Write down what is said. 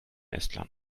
estland